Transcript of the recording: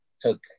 took